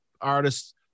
artists